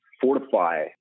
fortify